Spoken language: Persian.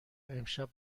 امشب